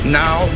now